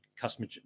customer